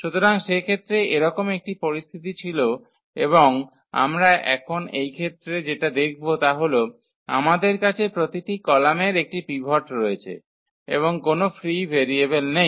সুতরাং সেক্ষেত্রে এরকম একটি পরিস্থিতি ছিল এবং আমরা এখন এই ক্ষেত্রে যেটা দেখব তা হল আমাদের কাছে প্রতিটি কলামের একটি পিভট রয়েছে এবং কোনও ফ্রী ভেরিয়েবল নেই